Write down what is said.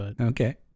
Okay